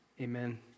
amen